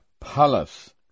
palace